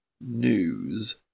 news